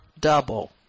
double